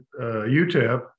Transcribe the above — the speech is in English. UTEP